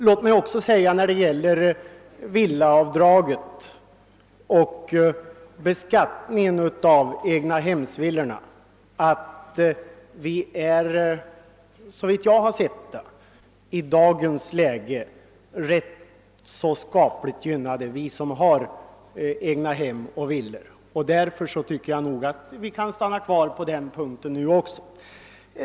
Låt mig när det gäller beskattningen av egnahemsvillorna säga att vi som har sådana såvitt jag bedömt saken rätt i dagens läge är rätt skapligt gynnade. Därför tycker jag nog att vi också med nuvarande avdrag kan vara nöjda på den punkten.